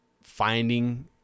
finding